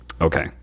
Okay